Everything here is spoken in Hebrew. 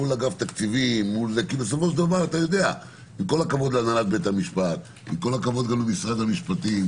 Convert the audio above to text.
מול אגף תקציבים כי עם כל הכבוד להנהלת בתי המשפט ולמשרד המשפטים